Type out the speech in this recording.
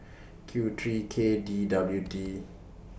Q three K D W T